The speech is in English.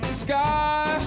sky